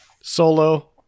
Solo